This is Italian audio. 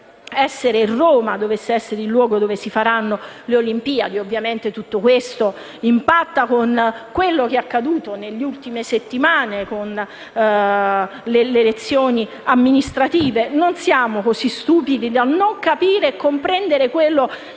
se Roma dovesse essere il luogo dove si faranno le Olimpiadi. Ovviamente tutto questo impatta con quanto accaduto nelle ultime settimane con le elezioni amministrative. Non siamo così stupidi da non capire ciò che